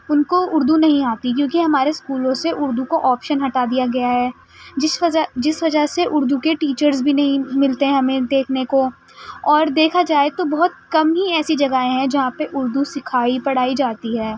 ان کو اردو نہیں آتی کیوںکہ ہمارے اسکولوں سے اردو کا آپشن ہٹا دیا گیا ہے جس وجہ جس وجہ سے اردو کے ٹیچرس بھی نہیں ملتے ہیں ہمیں دیکھنے کو اور دیکھا جائے تو بہت کم ہی ایسی جگہیں ہیں جہاں پہ اردو سکھائی پڑھائی جاتی ہے